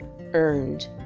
earned